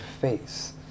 face